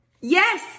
Yes